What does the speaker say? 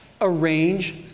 Arrange